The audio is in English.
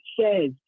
says